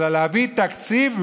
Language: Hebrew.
אלא להביא תקציב,